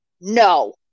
no